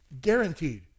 guaranteed